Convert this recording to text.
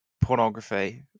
pornography